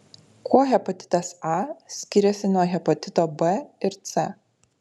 kuo hepatitas a skiriasi nuo hepatito b ir c